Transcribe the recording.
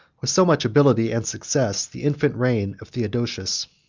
with so much ability and success, the infant reign of theodosius.